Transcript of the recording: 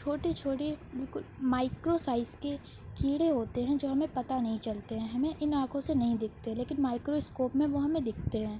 چھوٹے چھوٹے بالکل مائکرو سائز کے کیڑے ہوتے ہیں جو ہمیں پتہ نہیں چلتے ہیں ہمیں ان آنکھوں سے نہیں دکھتے ہیں لیکن مائکرو اسکوپ میں وہ ہمیں دکھتے ہیں